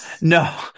no